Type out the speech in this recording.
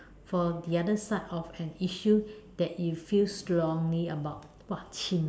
for the other side of an issue that you feel strongly about !wah! chim